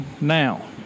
Now